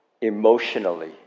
emotionally